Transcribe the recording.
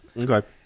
okay